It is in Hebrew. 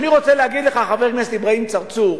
חבר הכנסת אברהים צרצור,